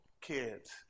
kids